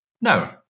No